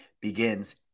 begins